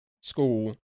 school